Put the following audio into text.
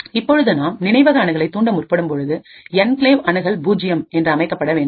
இப்பொழுது நாம் நினைவக அணுகலை தூண்ட முற்படும் பொழுதுஎன்கிளேவ் அணுகல் பூஜ்ஜியம்enclave access0 என்று அமைக்க வேண்டும்